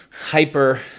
hyper